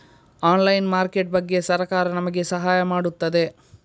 Online market ಬಗ್ಗೆ ಸರಕಾರ ನಮಗೆ ಸಹಾಯ ಮಾಡುತ್ತದೆ?